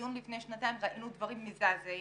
בדיון לפני שנתיים ראינו דברים מזעזעים,